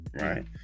Right